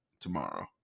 tomorrow